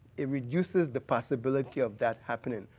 it reduces the possibility of that happening.